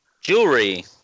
Jewelry